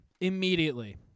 immediately